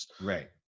Right